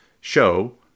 show